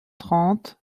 trente